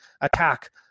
attack